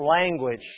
language